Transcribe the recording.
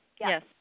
Yes